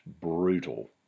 brutal